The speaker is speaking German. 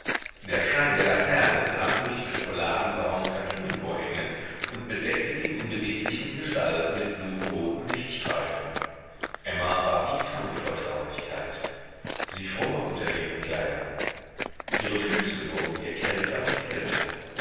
der schein der laterne drang durch die schokoladenbraunen kattunvorhänge und bedeckte die unbeweglichen gestalten mit blutroten lichtstreifen emma war wie krank vor traurigkeit sie fror unter ihren kleidern ihre füße wurden ihr kälter und kälter